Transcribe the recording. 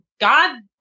God